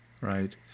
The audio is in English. Right